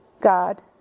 God